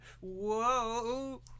Whoa